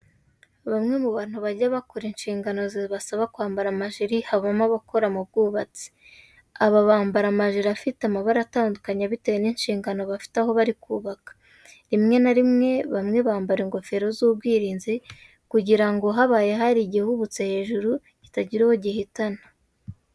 Bamwe mu bantu bajya bakora inshingano zibasaba kwambara amajiri habamo abakora mu bwubatsi. Aba bambara amajiri afite amabara atandukanye bitewe n'inshingano bafite aho bari kubaka. Rimwe na rimwe bamwe bambara ingofero z'ubwirinzi kugira ngo habaye hari igihubutse hejuru kitagira uwo gihitana.